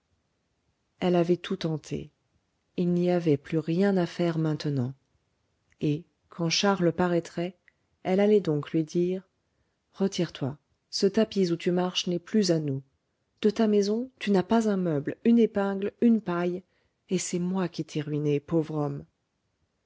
elle avait tout tenté il n'y avait plus rien à faire maintenant et quand charles paraîtrait elle allait donc lui dire retire-toi ce tapis où tu marches n'est plus à nous de ta maison tu n'as pas un meuble une épingle une paille et c'est moi qui t'ai ruiné pauvre homme